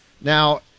Now